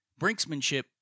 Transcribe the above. Brinksmanship